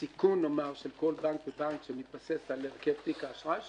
הסיכון של כל בנק ובנק שמתבסס על הרכב תיק האשראי שלו,